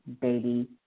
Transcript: baby